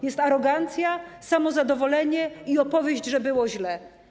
Jest arogancja, samozadowolenie i opowieść, że było źle.